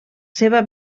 seva